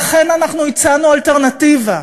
לכן אנחנו הצענו אלטרנטיבה,